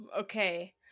Okay